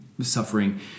suffering